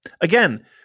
Again